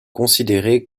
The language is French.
considérées